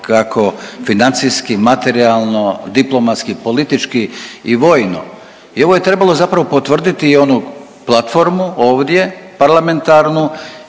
kako financijski, materijalno, diplomatski, politički i vojno. I ovo je trebalo zapravo potvrditi i onu platformu ovdje parlamentarnu